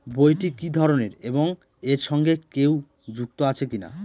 বইটি কি ধরনের এবং এর সঙ্গে কেউ যুক্ত আছে কিনা?